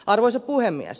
arvoisa puhemies